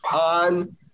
on